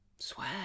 swear